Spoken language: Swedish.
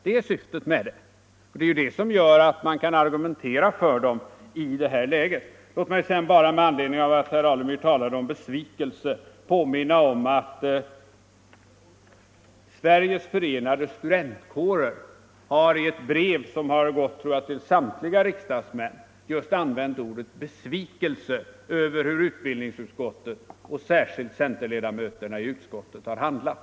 Det är syftet med dem, och det är det som gör att man kan argumentera för dem i det här läget. Låt mig sedan bara, med anledning av att herr Alemyr talade om besvikelse, påminna om att Sveriges förenade studentkårer i ett brev, som jag tror har gått ut till samtliga riksdagsledamöter, har använt just ordet besvikelse över hur utbildningsutskottet, och särskilt centerledamöterna i utskottet, har handlat.